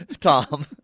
Tom